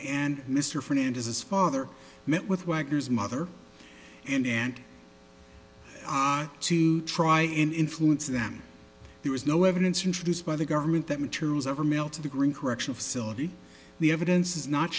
and mr fernandez is father met with wagner's mother and aunt to try and influence them there was no evidence introduced by the government that materials ever mailed to the green correctional facility the evidence does not